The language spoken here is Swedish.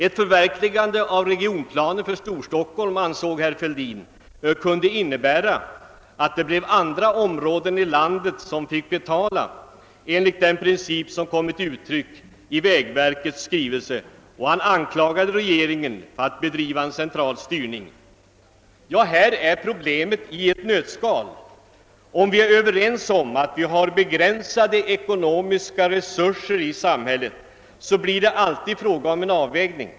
Ett förverkligande av regionplanen för Storstockholm ansåg herr Fälldin kunde innebära att andra områden i landet fick betala enligt den princip som kommit till uttryck i vägverkets skrivelse, och han anklagade regeringen för att bedriva central styrning. Ja, här är problemet i ett nötskal. Om vi är överens om att vi har begränsade ekonomiska resurser i samhället, så blir det alltid fråga om en avvägning.